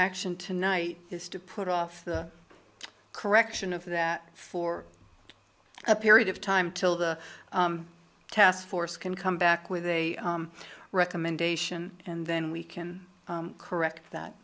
action tonight is to put off the correction of that for a period of time till the task force can come back with a recommendation and then we can correct that